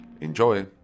Enjoy